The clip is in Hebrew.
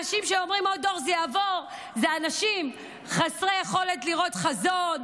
אנשים שאומרים שעוד דור זה יעבור הם אנשים חסרי יכולת לראות חזון,